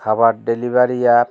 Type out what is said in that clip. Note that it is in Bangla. খাবার ডেলিভারি অ্যাপ